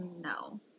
no